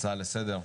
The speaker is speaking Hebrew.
הצעה לסדר,